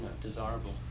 desirable